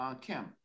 Kim